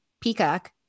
Peacock